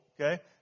okay